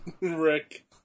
Rick